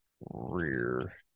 rear